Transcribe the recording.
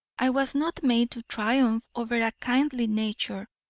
i was not made to triumph over a kindly nature,